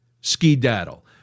ski-daddle